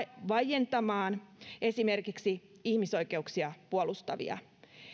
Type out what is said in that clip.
vaientamaan esimerkiksi ihmisoikeuksia puolustavia